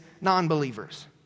non-believers